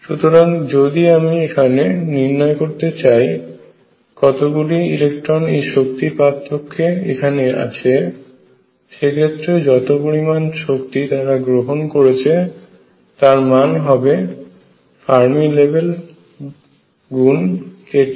সুতরাং যদি আমি এখানে নির্ণয় করতে চাই কতগুলি ইলেকট্রন এই শক্তির পার্থক্যে এখানে আছে সেক্ষেত্রে যত পরিমাণ শক্তি তারা গ্রহন করেছে তার মান হবে ফার্মি লেভেল গুণ kT